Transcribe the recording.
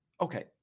Okay